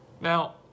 now